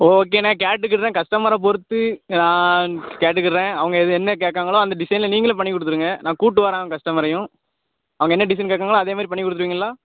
ஓகேண்ண கேட்டுக்கிடறேன் கஸ்டமரை பொருத்து நான் கேட்டுக்கிடறேன் அவங்க எது என்ன கேட்காங்களோ அந்த டிசைனில் நீங்களே பண்ணி கொடுத்துடுங்க நான் கூட்டு வரேன் கஸ்டமரையும் அவங்க என்ன டிசைன் கேட்காங்களோ அதே மாதிரி பண்ணி கொடுத்துடுவீங்களா